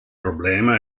problema